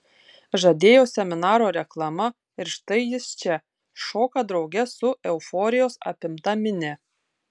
žadėjo seminaro reklama ir štai jis čia šoka drauge su euforijos apimta minia